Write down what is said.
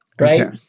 right